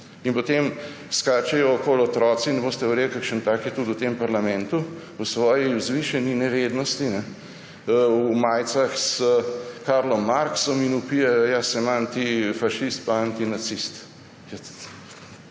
In potem skačejo okoli otroci, ne boste verjeli, kakšen tak je tudi v tem parlamentu, v svoji vzvišeni nevednosti v majicah s Karlom Marxom in vpijejo, jaz sem antifašist in antinacist.